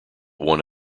one